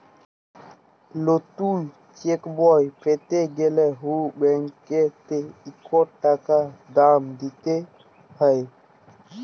লতুল চ্যাকবই প্যাতে গ্যালে হুঁ ব্যাংকটতে ইকট টাকা দাম দিতে হ্যয়